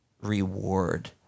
reward